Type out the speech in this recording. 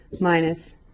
minus